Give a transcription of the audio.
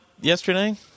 yesterday